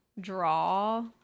draw